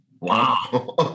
Wow